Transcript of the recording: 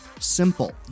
simple